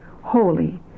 holy